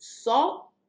salt